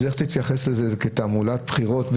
אז איך תתייחס לזה, כתעמולת בחירות?